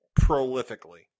prolifically